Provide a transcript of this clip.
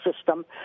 system